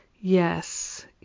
yes